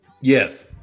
Yes